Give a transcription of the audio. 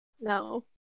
no